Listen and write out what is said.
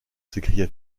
s’écria